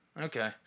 Okay